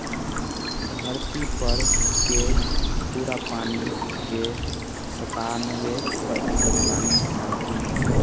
धरती पर के पूरा पानी के सत्तानबे प्रतिशत पानी नमकीन बा